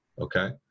okay